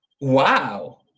wow